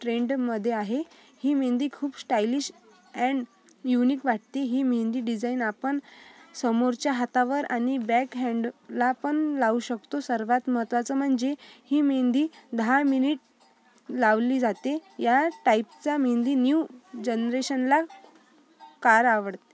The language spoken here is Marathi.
ट्रेंडमध्ये आहे ही मेहंदी खूप ष्टाईलिश अँड युनिक वाटती ही मेहंदी डिझाईन आपण समोरच्या हातावर आणि बॅक हॅन्डला पण लावू शकतो सर्वात महत्त्वाचं म्हणजे ही मेहंदी दहा मिनिट लावली जाते या टाईपचा मेहंदी न्यू जनरेशनला कार आवडते